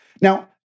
Now